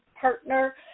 partner